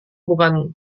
bukan